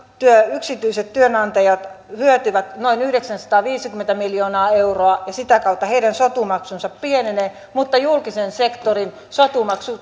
yksityiset työnantajat hyötyvät noin yhdeksänsataaviisikymmentä miljoonaa euroa ja sitä kautta heidän sotumaksunsa pienenee mutta julkisen sektorin sotumaksut